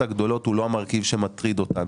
הגדולות הוא לא המרכיב שמטריד אותנו.